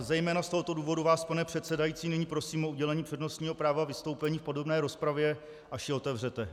Zejména z tohoto důvodu vás, pane předsedající, nyní prosím o udělení přednostního práva vystoupení v podobné rozpravě, až ji otevřete.